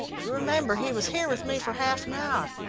you remember he was here with me for half an hour.